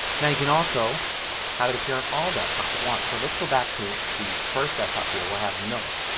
now you can also have it appear on all desktops at once. so let's go back to the first desktop here where i have notes.